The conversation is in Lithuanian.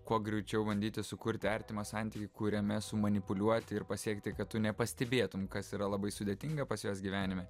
kuo greičiau bandyti sukurti artimą santykį kuriame sumanipuliuoti ir pasiekti kad tu nepastebėtum kas yra labai sudėtinga pas juos gyvenime